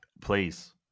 Please